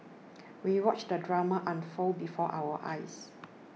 we watched the drama unfold before our eyes